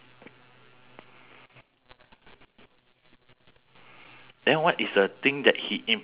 surprises